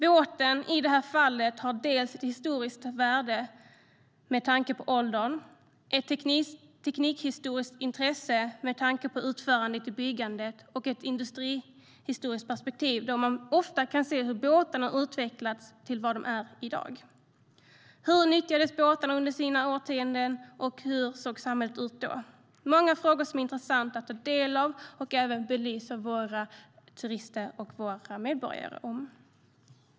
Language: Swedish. Båten har i det här fallet ett historiskt värde med tanke på åldern, ett teknikhistoriskt intresse med tanke på utförandet av byggandet och ett industrihistoriskt värde, då man ofta kan se hur båtarna har utvecklats till vad de är i dag. Hur nyttjades båtarna under sina årtionden, och hur såg samhället ut då? Det är många frågor som är intressanta att ta del av och belysa för våra turister och medborgare.